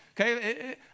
Okay